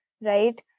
right